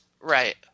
Right